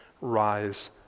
rise